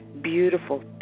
beautiful